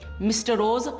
mr rose,